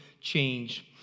change